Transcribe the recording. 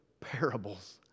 parables